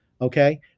Okay